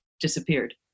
disappeared